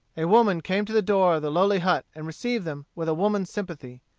a woman came to the door of the lowly hut and received them with a woman's sympathy.